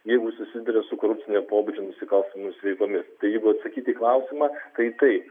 jeigu susiduria su korupcinio pobūdžio nusikalstamomis veikomis tai jeigu atsakyti į klausimą tai taip